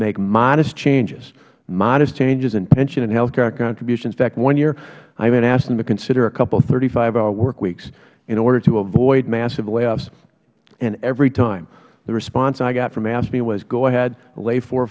make modest changes modest changes in pension and health care contributions in fact one year i even asked them to consider a couple thirty five hour work weeks in order to avoid massive layoffs and every time the response i got from afscme was go ahead lay four or